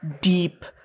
deep